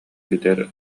билэр